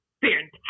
fantastic